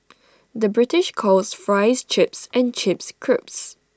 the British calls Fries Chips and Chips Crisps